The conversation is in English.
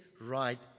right